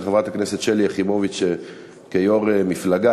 חברת הכנסת שלי יחימוביץ כיו"ר המפלגה,